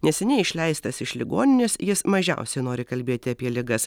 neseniai išleistas iš ligoninės jis mažiausiai nori kalbėti apie ligas